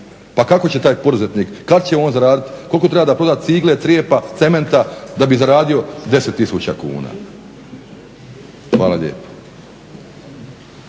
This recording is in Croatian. Pa kako će taj poduzetnik, kad će on zaradit, koliko treba da proda cigle, crijepa, cementa da bi zaradio 10 tisuća kuna. Hvala lijepo.